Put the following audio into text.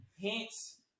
Hence